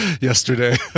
yesterday